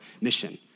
mission